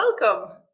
Welcome